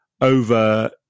over